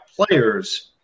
players